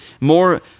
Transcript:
more